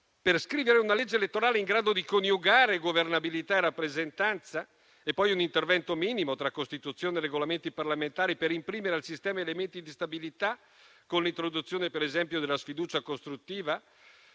per scrivere una legge elettorale in grado di coniugare governabilità e rappresentanza? E poi un intervento minimo, tra Costituzione e Regolamenti parlamentari, per imprimere al sistema elementi di stabilità, con l'introduzione, per esempio, della sfiducia costruttiva?